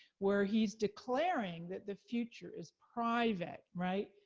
where he's declaring that the future is private, right?